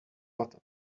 button